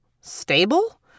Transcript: stable